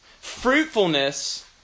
Fruitfulness